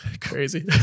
crazy